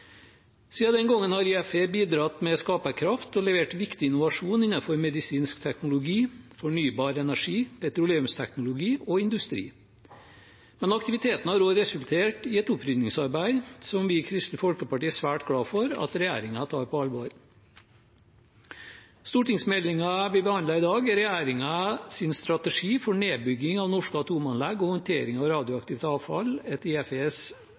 den gangen har IFE bidratt med skaperkraft og levert viktig innovasjon innenfor medisinsk teknologi, fornybar energi, petroleumsteknologi og industri. Men aktiviteten har også resultert i et opprydningsarbeid som vi i Kristelig Folkeparti er svært glad for at regjeringen tar på alvor. Stortingsmeldingen vi behandler i dag, er regjeringens strategi for nedbygging av norske atomanlegg og håndtering av radioaktivt avfall etter